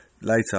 Later